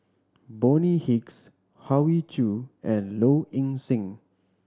Bonny Hicks Hoey Choo and Low Ing Sing